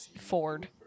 Ford